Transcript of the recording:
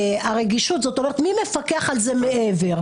מי מפקח על זה מעבר?